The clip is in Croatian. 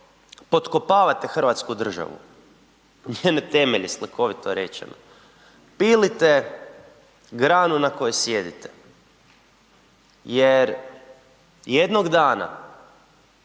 pokopavate Hrvatsku državu, njene temelje slikovito rečeno, pilite granu na kojoj sjedite, jer jednog dana